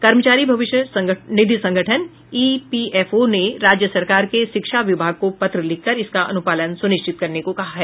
कर्मचारी भविष्य निधि संगठन ईपीएफओ ने राज्य सरकार के शिक्षा विभाग को पत्र लिखकर इसका अनुपालन सुनिश्चित करने को कहा है